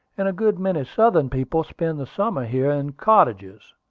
and a good many southern people spend the summer here in cottages.